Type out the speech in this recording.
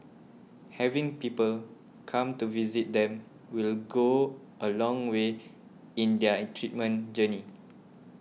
having people come to visit them will go a long way in their treatment journey